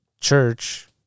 church